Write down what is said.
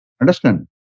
Understand